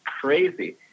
crazy